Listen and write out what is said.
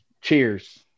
cheers